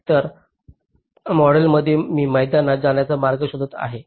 तर या मॉडेलमध्ये मी मैदानात जाण्याचा मार्ग शोधत आहे